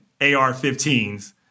AR-15s